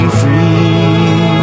free